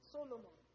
Solomon